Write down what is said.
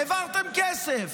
העברתם כסף.